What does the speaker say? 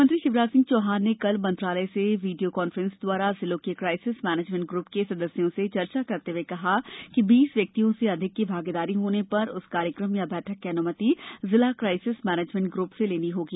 मुख्यमंत्री शिवराजसिंह चौहान ने कल मंत्रालय से वीडियो कान्फ्रेंस द्वारा जिलों के क्राइसिस मैनेजमेंट ग्रुप के सदस्यों से चर्चा करते हुए कहा कि बीस व्यक्तियों से अधिक की भागीदारी होने पर उस कार्यक्रम या बैठक की अनुमति जिला क्राइसिस मैनेजमेंट ग्रुप से लेनी होगी